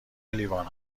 لیوان